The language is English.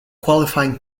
qualifying